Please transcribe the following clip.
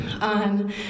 on